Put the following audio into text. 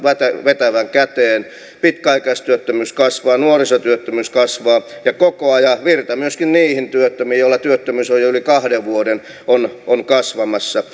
vetävän käteen pitkäaikaistyöttömyys kasvaa nuorisotyöttömyys kasvaa ja koko ajan virta myöskin niihin työttömiin joilla työttömyys on jo yli kahden vuoden mittainen on kasvamassa